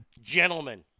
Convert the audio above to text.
Gentlemen